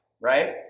right